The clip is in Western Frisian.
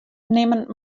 nimmen